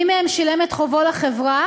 מי מהם שילם את חובו לחברה